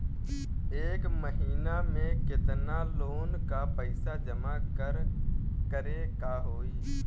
एक महिना मे केतना लोन क पईसा जमा करे क होइ?